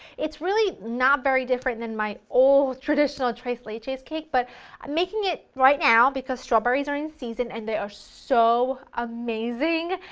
really not very different than my old traditional tres leches cake but i'm making it right now because strawberries are in season and they are so amazing!